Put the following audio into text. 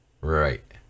Right